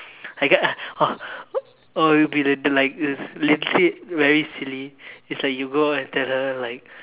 I get uh oh it would be like literally very silly it's like you go and tell her like